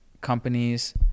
Companies